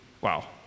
wow